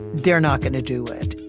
they're not gonna do it.